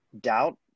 doubt